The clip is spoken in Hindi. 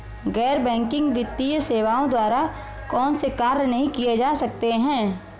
गैर बैंकिंग वित्तीय सेवाओं द्वारा कौनसे कार्य नहीं किए जा सकते हैं?